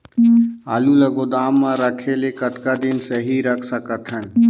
आलू ल गोदाम म रखे ले कतका दिन सही रख सकथन?